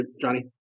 Johnny